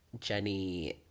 Jenny